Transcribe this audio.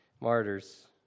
martyrs